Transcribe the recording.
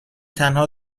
تنها